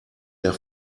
der